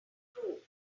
chrome